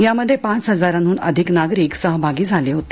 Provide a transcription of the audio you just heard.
यामध्ये पाच हजाराहून अधिक नागरिक सहभागी झाले होते